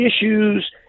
issues